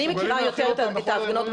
אני מכירה יותר את ההפגנות ב